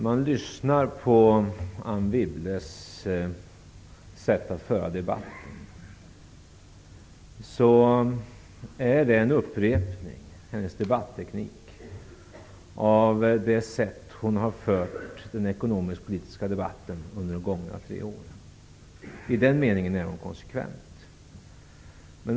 Fru talman! Anne Wibbles sätt att föra debatt är en upprepning av det sätt på vilket hon har fört den ekonomisk-politiska debatten under de gångna tre åren. I den meningen är hon konsekvent.